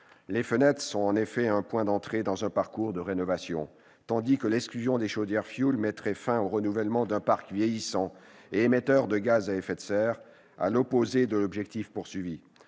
Les fenêtres sont en effet un point d'entrée dans un parcours de rénovation, tandis que l'exclusion des chaudières au fioul mettrait fin au renouvellement d'un parc vieillissant et émetteur de gaz à effet de serre, à l'opposé de l'objectif poursuivi.